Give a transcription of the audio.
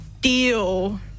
deal